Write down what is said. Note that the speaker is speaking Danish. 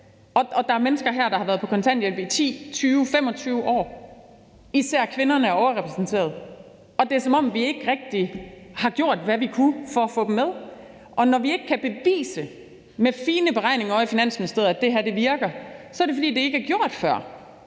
Og der er mennesker her, der har været på kontanthjælp i 10, 20, 25 år. Især kvinderne er overrepræsenteret, og det er, som om vi ikke rigtig har gjort, hvad vi kunne for at få dem med. Når vi ikke kan bevise med fine beregninger ovre i Finansministeriet, at det her virker, så er det, fordi det ikke er gjort før.